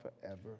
forever